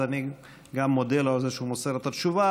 אז אני גם מודה לו על זה שהוא מוסר את התשובה,